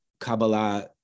Kabbalah